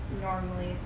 normally